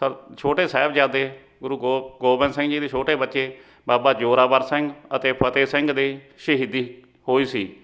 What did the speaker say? ਸਬ ਛੋਟੇ ਸਾਹਿਬਜ਼ਾਦੇ ਗੁਰੂ ਗੋ ਗੋਬਿੰਦ ਸਿੰਘ ਜੀ ਦੇ ਛੋਟੇ ਬੱਚੇ ਬਾਬਾ ਜ਼ੋਰਾਵਰ ਸਿੰਘ ਅਤੇ ਫਤਿਹ ਸਿੰਘ ਦੀ ਸ਼ਹੀਦੀ ਹੋਈ ਸੀ